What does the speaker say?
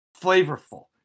flavorful